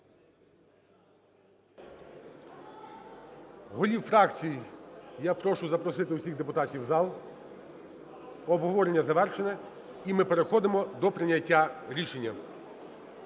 Голів фракцій я прошу запросити всіх депутатів в зал. Обговорення завершено. І ми переходимо до прийняття рішення.